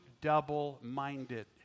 double-minded